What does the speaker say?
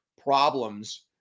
problems